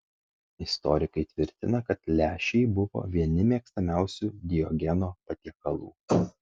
istorikai tvirtina kad lęšiai buvo vieni mėgstamiausių diogeno patiekalų